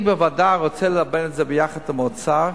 אני בוודאי רוצה ללבן את זה ביחד עם האוצר